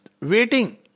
waiting